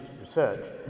research